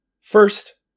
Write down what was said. first